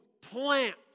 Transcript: plants